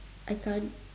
I can't